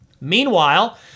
Meanwhile